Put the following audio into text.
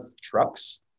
trucks